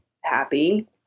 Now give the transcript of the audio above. happy